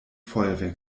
feuerwehr